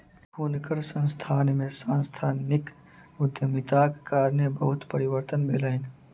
हुनकर संस्थान में सांस्थानिक उद्यमिताक कारणेँ बहुत परिवर्तन भेलैन